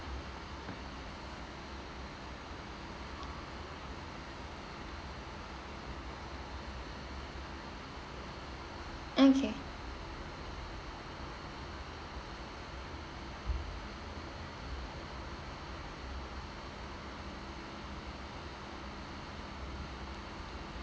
okay